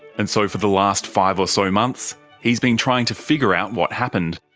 and so for the last five or so months he's been trying to figure out what happened.